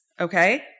Okay